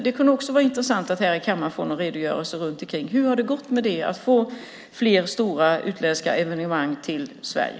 Det skulle vara intressant att få en redogörelse för hur det har gått att få fler stora utländska evenemang till Sverige.